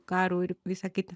karu ir visa kita